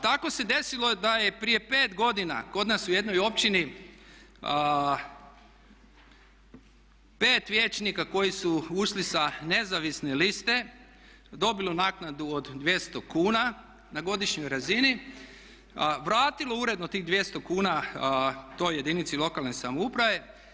Tako se desilo da je prije 5 godina kod nas u jednoj općini 5 vijećnika koji su ušli sa nezavisne liste dobilo naknadu od 200 kuna na godišnjoj razini, vratilo uredno tih 200 kuna toj jedinici lokalne samouprave.